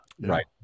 right